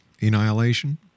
annihilation